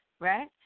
Right